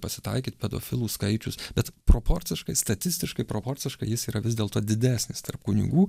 pasitaikyt pedofilų skaičius bet proporciškai statistiškai proporciškai jis yra vis dėlto didesnis tarp kunigų